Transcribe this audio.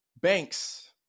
banks